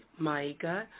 Maiga